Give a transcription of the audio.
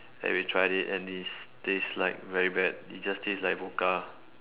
and we tried it and it tastes like very bad it just taste like vodka